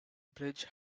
bridge